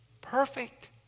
Perfect